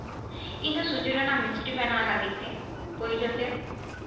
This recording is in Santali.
ᱤᱧ ᱫᱚ ᱥᱩᱡᱤ ᱨᱮᱱᱟᱜ ᱢᱤᱥᱴᱤ ᱵᱮᱱᱟᱣ ᱞᱟᱹᱜᱤᱫ ᱛᱮ ᱯᱟᱹᱭᱞᱟᱹ ᱛᱮ